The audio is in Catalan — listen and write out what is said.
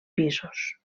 pisos